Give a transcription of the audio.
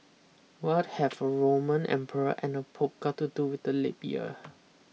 what have a Roman emperor and a Pope got to do with the leap year